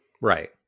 Right